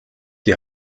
die